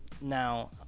now